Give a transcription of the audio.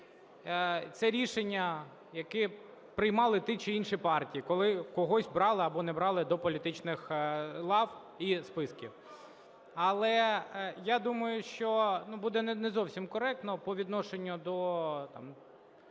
Це рішення, яке приймали ті чи інші партії, коли когось брали або не брали до політичних лав і списків. Але я думаю, що, ну, буде не зовсім коректно по відношенню до